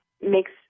makes